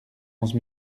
onze